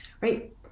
right